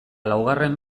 laugarren